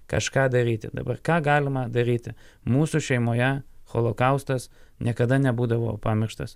kažką daryti dabar ką galima daryti mūsų šeimoje holokaustas niekada nebūdavo pamirštas